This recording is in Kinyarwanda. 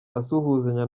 asuhuzanya